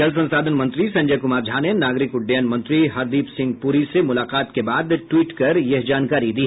जल संसाधन मंत्री संजय क्मार झा ने नागरिक उड़डयन मंत्री हरदीप सिंह पूरी से मुलाकात के बाद ट्वीट कर यह जानकारी दी